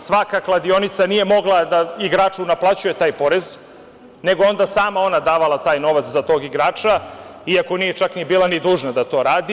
Svaka kladionica nije mogla da igraču naplaćuje taj porez nego je ona sama davala taj novac za tog igrača, iako nije ni bila dužna da to radi.